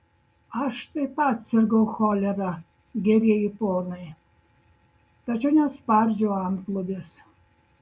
aš taip pat sirgau cholera gerieji ponai tačiau nespardžiau antklodės